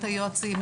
את היועצים,